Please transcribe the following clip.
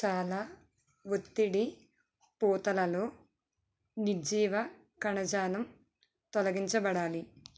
చాలా ఒత్తిడి పూతలలో నిర్జీవ కణజాలం తొలగించబడాలి